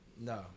No